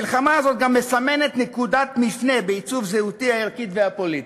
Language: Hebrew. המלחמה הזאת גם מסמנת נקודת מפנה בעיצוב זהותי הערכית והפוליטית.